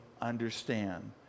understand